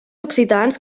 occitans